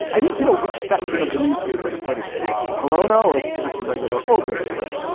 i need to know which section of the newspaper to put it in the corona or just the regular obit section.